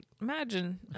imagine